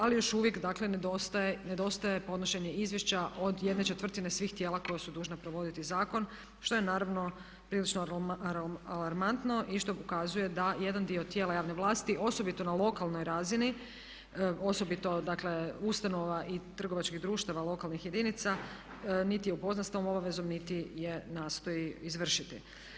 Ali još uvijek, dakle nedostaje podnošenje izvješća od ¼ svih tijela koja su dužna provoditi zakon što je naravno prilično alarmantno i što ukazuje da jedan dio tijela javne vlasti osobito na lokalnoj razini, osobito dakle ustanova i trgovačkih društava lokalnih jedinica niti je upoznat sa tom obavezom, niti je nastoji izvršiti.